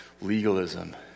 legalism